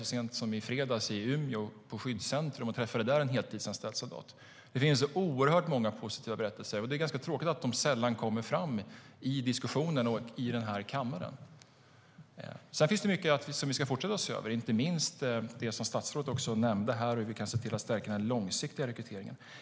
Så sent som i fredags var jag på Skyddscentrum i Umeå och träffade en heltidsanställd soldat. Det finns oerhört många positiva berättelser, och det är ganska tråkigt att de sällan kommer fram i diskussionen och i den här kammaren. Sedan finns det mycket som vi ska fortsätta att se över, inte minst det som statsrådet nämnde här om hur vi kan stärka den långsiktiga rekryteringen.